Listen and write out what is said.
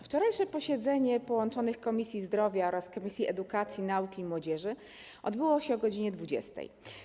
Wczorajsze posiedzenie połączonych Komisji: Zdrowia oraz Edukacji, Nauki i Młodzieży odbyło się o godz. 20.